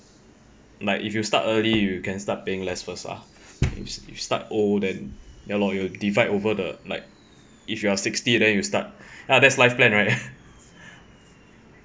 like if you start early you can start paying less first ah if if you start old then ya lor it'll divide over the like if you are sixty then you start ya that's life plan right